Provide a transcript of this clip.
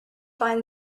find